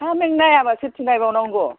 हाब नों नायाबा सोरथो नायबावनांगौ